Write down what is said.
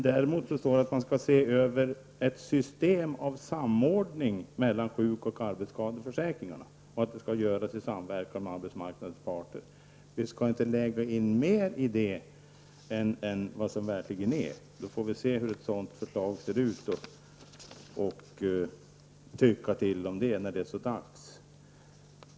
Däremot står det att man skall se över ett system av samordning mellan sjukoch arbetsskadeförsäkringarna och att det skall göras i samverkan med arbetsmarknadens parter. Man skall inte lägga in mer i detta än vad som verkligen står. Vi får först se hur ett sådant förslag ser ut och tycka till om det när det är så dags.